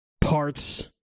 parts